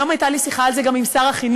היום הייתה לי שיחה על זה גם עם שר החינוך,